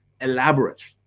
elaborate